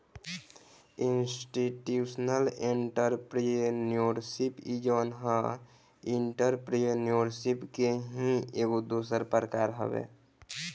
institutional entrepreneurship इ जवन ह एंटरप्रेन्योरशिप के ही एगो दोसर प्रकार हवे